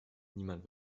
niemand